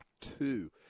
two